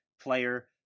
player